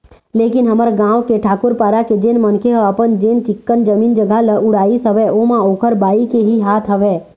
लेकिन हमर गाँव के ठाकूर पारा के जेन मनखे ह अपन जेन चिक्कन जमीन जघा ल उड़ाइस हवय ओमा ओखर बाई के ही हाथ हवय